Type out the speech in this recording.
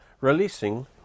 releasing